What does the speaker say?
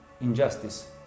injustice